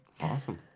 Awesome